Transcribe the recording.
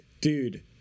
dude